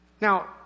Now